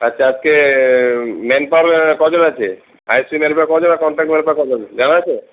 আচ্ছা আজকে manpower কজন আছে আইসি পাওয়ার কজন আর কন্ট্রাক্ট ম্যান পাওয়ার কজন জানা আছে